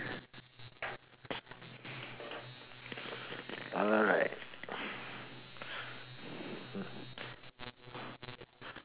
alright